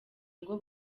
ngo